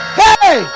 hey